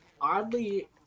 oddly